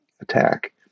attack